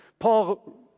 Paul